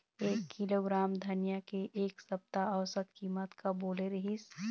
एक किलोग्राम धनिया के एक सप्ता औसत कीमत का बोले रीहिस?